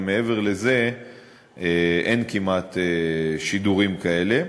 ומעבר לזה אין כמעט שידורים כאלה.